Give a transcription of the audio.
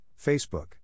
Facebook